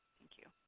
thank you